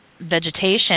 vegetation